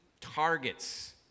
targets